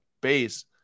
base